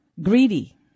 greedy